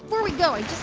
before we go, i